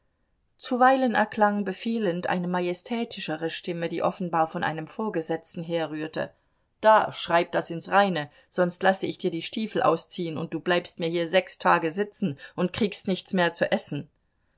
zuweilen erklang befehlend eine majestätischere stimme die offenbar von einem vorgesetzten herrührte da schreib das ins reine sonst lasse ich dir die stiefel ausziehen und du bleibst mir hier sechs tage sitzen und kriegst nichts zu essen